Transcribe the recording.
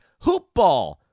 hoopball